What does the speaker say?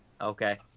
Okay